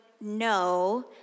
no